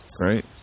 right